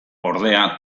ordea